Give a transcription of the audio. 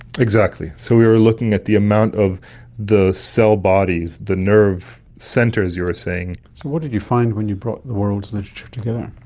exactly. so we were looking at the amount of the cell bodies, the nerve centres, as you were saying. so what did you find when you brought the world's literature together?